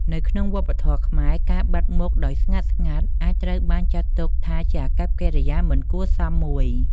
នៅក្នុងវប្បធម៌ខ្មែរ ការបាត់មុខដោយស្ងាត់ៗ អាចត្រូវបានចាត់ទុកថាជាអាកប្បកិរិយាមិនគួរសមមួយ។